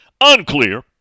Unclear